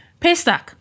Paystack